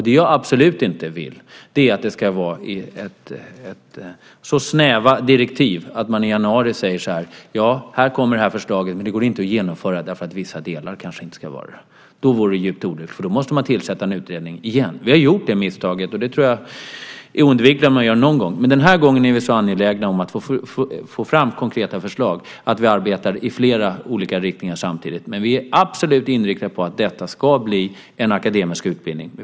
Det jag absolut inte vill är att det ska vara så snäva direktiv att man i januari säger: Här kommer förslaget, men det går inte att genomföra därför att vissa delar kanske inte ska vara där. Det vore djupt olyckligt, för då måste man tillsätta en utredning igen. Vi har gjort det misstaget - jag tror att det är oundvikligt att man gör det någon gång - men den här gången är vi så angelägna om att få fram konkreta förslag att vi arbetar i flera olika riktningar samtidigt. Vi är absolut inriktade på att detta ska bli en akademisk utbildning.